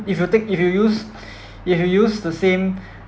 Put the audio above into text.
if you take if you use if you use the same